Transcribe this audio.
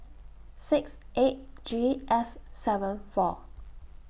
six eight G S seven four